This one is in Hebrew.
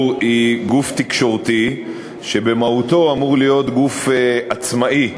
היא גוף תקשורתי שבמהותו אמור להיות גוף עצמאי,